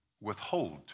withhold